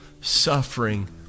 suffering